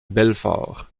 belfort